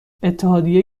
اتحادیه